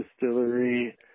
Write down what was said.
Distillery